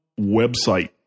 website